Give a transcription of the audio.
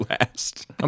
last